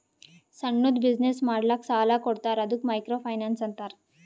ಸಣ್ಣುದ್ ಬಿಸಿನ್ನೆಸ್ ಮಾಡ್ಲಕ್ ಸಾಲಾ ಕೊಡ್ತಾರ ಅದ್ದುಕ ಮೈಕ್ರೋ ಫೈನಾನ್ಸ್ ಅಂತಾರ